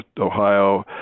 Ohio